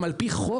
גם על פי חוק,